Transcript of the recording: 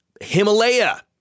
Himalaya